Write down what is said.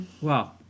Wow